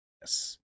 Yes